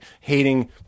hating